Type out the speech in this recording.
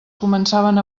començaven